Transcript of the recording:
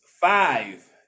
five